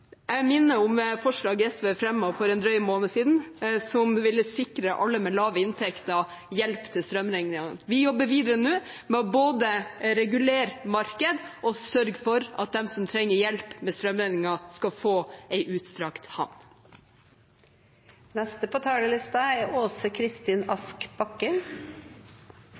Jeg minner om forslaget SV fremmet for en drøy måned siden, som ville sikret alle med lav inntekt hjelp til strømregningen. Vi jobber nå videre med både å regulere markedet og å sørge for at de som trenger hjelp med strømregningen, skal få en utstrakt hånd. Budsjettet som Arbeidarpartiet, Senterpartiet og SV no er